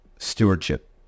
stewardship